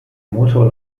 motor